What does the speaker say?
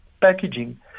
packaging